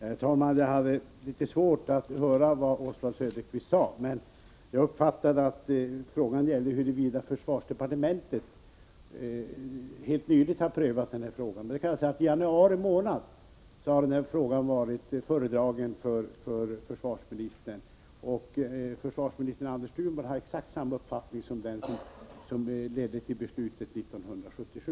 Herr talman! Jag hade litet svårt att höra vad Oswald Söderqvist sade, men jag uppfattade att frågan gällde huruvida försvarsdepartementet nyligen har prövat frågan. I januari månad föredrogs frågan för försvarsminister Anders Thunborg, som har exakt samma uppfattning som den som ledde till beslutet 1977.